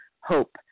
hope